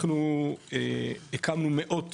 אנחנו הקמנו מאות